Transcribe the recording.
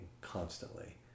constantly